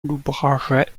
lauragais